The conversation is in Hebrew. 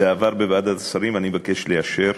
זה עבר בוועדת השרים, ואני מבקש לאשר